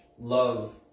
love